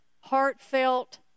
heartfelt